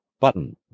Button